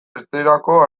esterako